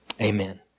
amen